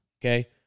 okay